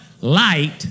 Light